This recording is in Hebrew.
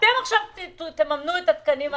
עכשיו אתם תממנו את התקנים הללו.